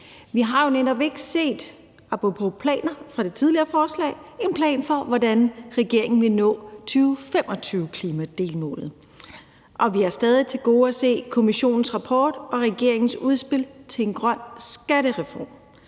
Vi har jo netop ikke set – apropos planer i det tidligere forslag – en plan for, hvordan regeringen vil nå 2025-klimadelmålet, og vi har stadig til gode at se kommissionens rapport og regeringens udspil til en grøn skattereform.